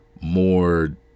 more